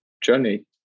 journey